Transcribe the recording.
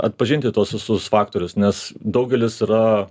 atpažinti tuos visus faktorius nes daugelis yra